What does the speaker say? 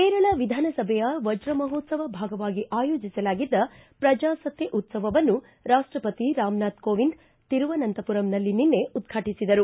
ಕೇರಳ ವಿಧಾನಸಭೆಯ ವಜ್ರಮಹೋತ್ಸವ ಭಾಗವಾಗಿ ಆಯೋಜಿಸಲಾಗಿದ್ದ ಪ್ರಜಾಸತ್ತೆ ಉತ್ಸವವನ್ನು ರಾಷ್ಷಪತಿ ರಾಮ್ನಾಥ್ ಕೋವಿಂದ್ ತಿರುವನಂತಮರಂನಲ್ಲಿ ನಿನ್ನೆ ಉದ್ಘಾಟಿಸಿದರು